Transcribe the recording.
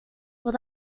will